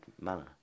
manner